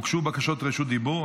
הוגשו בקשות רשות דיבור.